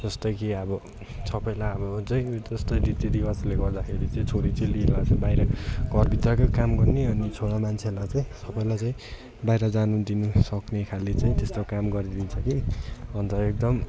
जस्तै कि अब सबैलाई अब जस्तै रीति रिवाजले गर्दाखेरि चाहिँ छोरी चेलीलाई चाहिँ बाहिर घरभित्रकै काम गर्ने अनि छोरा मान्छेलाई चाहिँ सबैलाई चाहिँ बाहिर जानुदिनु सक्ने खाले चाहिँ त्यस्तो काम गरिदिन्छ कि अन्त एकदम